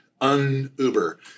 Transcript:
un-uber